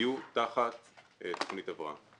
יהיו תחת תוכנית הבראה.